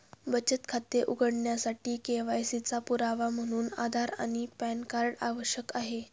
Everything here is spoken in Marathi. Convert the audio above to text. बचत खाते उघडण्यासाठी के.वाय.सी चा पुरावा म्हणून आधार आणि पॅन कार्ड आवश्यक आहे